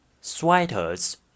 sweaters